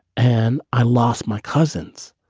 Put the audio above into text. and i lost my cousins.